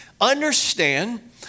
Understand